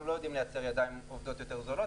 אנחנו לא יודעים לייצר ידיים עובדות יותר זולות.